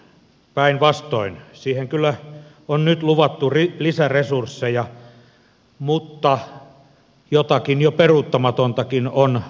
päinvastoin siihen kyllä on nyt luvattu lisäresursseja mutta jotakin jo peruuttamatontakin on tapahtunut